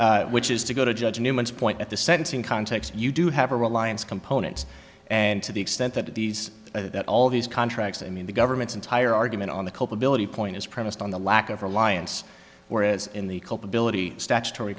act which is to go to judge newman's point at the sentencing context you do have a reliance component and to the extent that these all these contracts i mean the government's entire argument on the culpability point is premised on the lack of reliance whereas in the culpability statutory